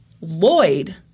Lloyd